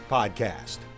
podcast